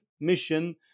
mission